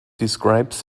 describes